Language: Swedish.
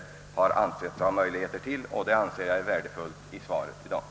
Detta anser jag vara värdefullt, ja, rent av nödvändigt, om strejken fortsätter och påfrestningarna blir större i skolorna.